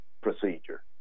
procedure